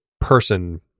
person